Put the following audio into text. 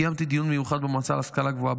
קיימתי דיון מיוחד במועצה להשכלה גבוהה.